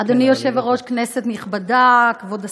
אדוני היושב-ראש, כנסת נכבדה, כבוד השרים,